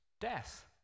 death